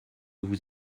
vous